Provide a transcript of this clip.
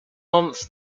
month